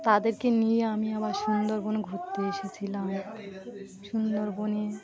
তাদেরকে নিয়ে আমি আবার সুন্দরবনে ঘুরতে এসেছিলাম সুন্দরবনে